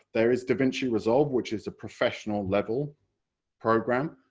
there is davinci resolve which is a professional level program.